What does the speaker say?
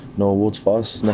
no awards for us.